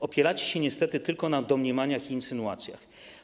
Opieracie się niestety tylko na domniemaniach i insynuacjach.